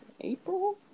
April